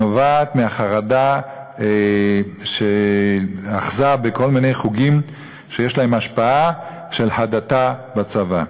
נובעת מהחרדה שאחזה בכל מיני חוגים שיש להם השפעה מהדתה בצבא.